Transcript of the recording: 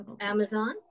Amazon